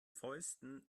fäusten